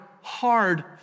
hard